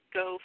go